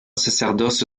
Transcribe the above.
sacerdoce